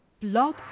Blog